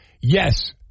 Yes